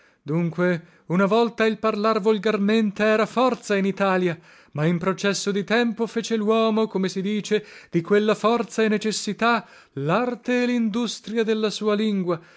dunque una volta il parlar volgarmente era forza in italia ma in processo di tempo fece luomo come si dice di quella forza e necessità larte e lindustria della sua lingua